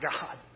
God